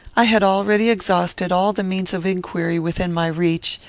i had already exhausted all the means of inquiry within my reach,